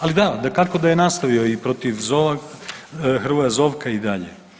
Ali da dakako da je nastavio i protiv Hrvoja Zovka i dalje.